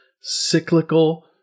cyclical